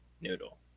noodle